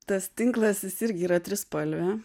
tas tinklas jis irgi yra trispalvė